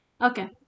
Okay